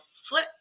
flip